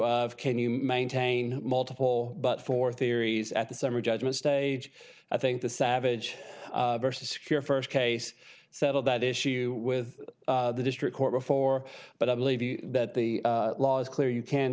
of can you maintain multiple but four theories at the summary judgment stage i think the savage vs secure first case settled that issue with the district court before but i believe that the law is clear you can